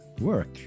work